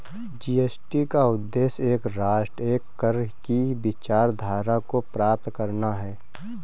GST का उद्देश्य एक राष्ट्र, एक कर की विचारधारा को प्राप्त करना है